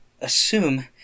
assume